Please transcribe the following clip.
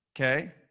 Okay